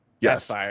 Yes